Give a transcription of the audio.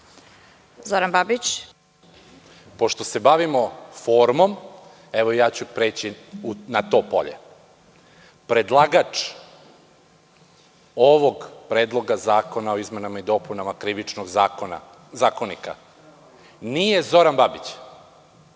**Zoran Babić** Pošto se bavimo formom, evo, ja ću preći na to polje. Predlagač ovog Predloga zakona o izmenama i dopunama Krivičnog zakonika nije Zoran Babić,